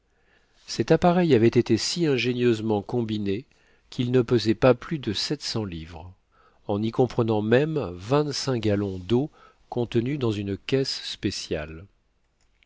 cet appareil avait été si ingénieusement combiné qu'il ne pesait pas plus de sept cents livres en y comprenant même vingt-cinq gallons d'eau contenus dans une caisse spéciale